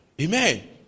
amen